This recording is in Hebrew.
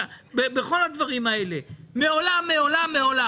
בכל הדברים האלה מעולם מעולם מעולם,